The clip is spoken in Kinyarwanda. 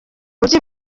buryo